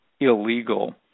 illegal